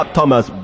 Thomas